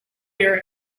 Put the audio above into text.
your